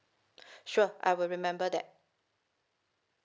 sure I will remember that